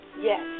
yes